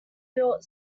built